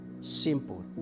simple